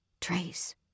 Trace